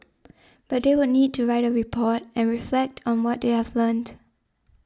but they would need to write a report and reflect on what they have learnt